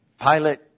Pilate